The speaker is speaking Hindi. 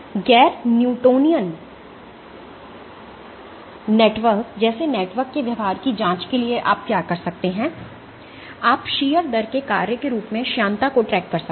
गैर न्यूटोनियन नेटवर्क जैसे नेटवर्क के व्यवहार की जांच के लिए आप क्या कर सकते हैं आप शीयर दर के कार्य के रूप में श्यानता को ट्रैक कर सकते हैं